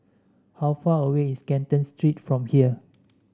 how far away is Canton Street from here